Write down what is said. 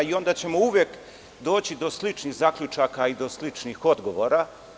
Onda ćemo uvek doći do sličnih zaključaka i do sličnih odgovora.